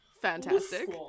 fantastic